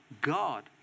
God